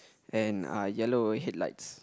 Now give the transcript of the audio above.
and uh yellow headlights